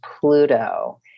Pluto